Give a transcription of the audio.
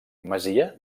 masia